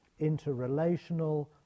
interrelational